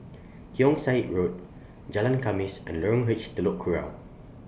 Keong Saik Road Jalan Khamis and Lorong H Telok Kurau